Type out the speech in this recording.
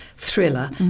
thriller